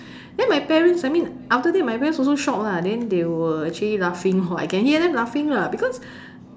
then my parents I mean after that my parents also shocked lah then they were actually laughing lor I can hear them laughing lah because